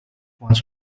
once